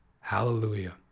Hallelujah